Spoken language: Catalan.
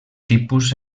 tipus